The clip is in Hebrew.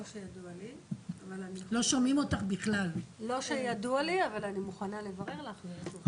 לא שידוע לי, אבל אני מוכנה לברר לך ולשוב.